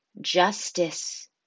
justice